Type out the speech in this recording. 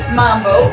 mambo